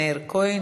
מאיר כהן,